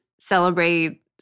celebrate